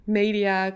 media